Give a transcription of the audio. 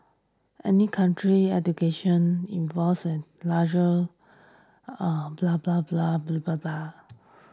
any country's education larger